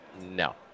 No